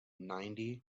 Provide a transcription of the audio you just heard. ninety